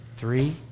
Three